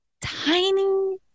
tiny